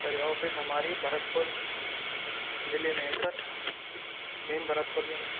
अरे ऑफिस हमारी भरतपुर जिले में है सर मेन भरतपुर में